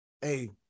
Hey